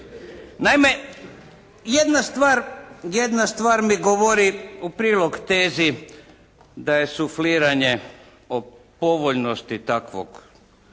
Naime, jedna stvar mi govori u prilog tezi da je sufliranje o povoljnosti takvog